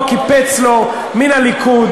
עד היום פתוח, כל המתיישבים היו במקום אחר לגמרי.